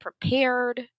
prepared